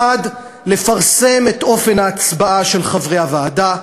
1. לפרסם את אופן ההצבעה של חברי הוועדה,